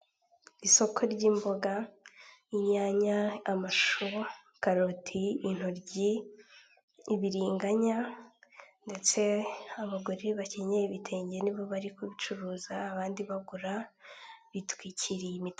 Isoko ry'imboga, inyanya, amashu, karoti, intoryi, ibiriganya ndetse abagore bakenyeye ibitenge nibo bari kubicuruza abandi bagura bitwikiriye imitaka.